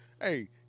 Hey